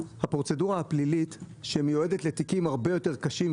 הפרוצדורה הפלילית שמיועדת לתיקים הרבה יותר קשים,